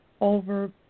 Over